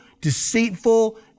deceitful